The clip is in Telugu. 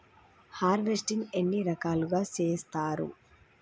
హార్వెస్టింగ్ ఎన్ని రకాలుగా చేస్తరు?